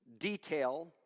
Detail